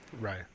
Right